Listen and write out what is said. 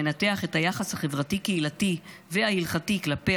המנתח את היחס החברתי-קהילתי וההלכתי כלפי